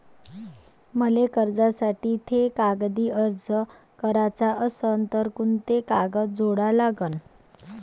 मले कर्जासाठी थे कागदी अर्ज कराचा असन तर कुंते कागद जोडा लागन?